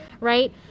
right